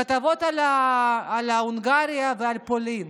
כתבות על הונגריה ועל פולין.